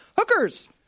Hookers